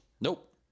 Nope